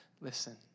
listen